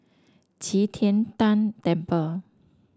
Qi Tian Tan Temple